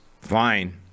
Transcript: fine